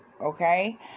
okay